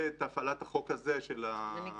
ואת הפעלת החוק הזה של האזרחים.